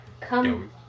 Come